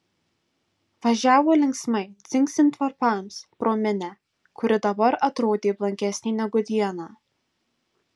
važiavo linksmai dzingsint varpams pro minią kuri dabar atrodė blankesnė negu dieną